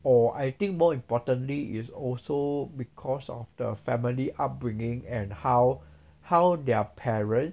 or I think more importantly is also because of the family upbringing and how how their parents